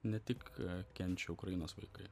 ne tik kenčia ukrainos vaikai